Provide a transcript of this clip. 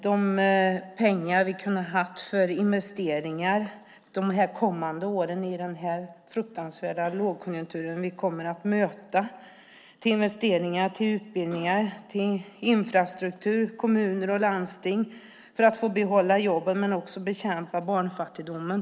Det är pengar vi kunde ha haft till investeringar de kommande åren i den fruktansvärda lågkonjunktur vi kommer att möta, till investeringar i utbildningar, infrastruktur och kommuner och landsting för att få behålla jobben men också bekämpa barnfattigdomen.